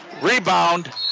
Rebound